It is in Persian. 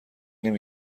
نمی